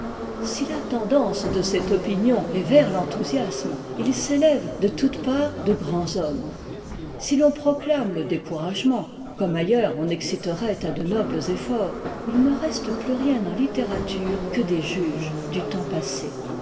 si la tendance de cette opinion est vers l'enthousiasme il s'élève de toutes parts de grands hommes si l'on proclame le découragement comme ailleurs on exciterait'à de nobles efforts il ne reste plus rien en littérature que des juges du temps passé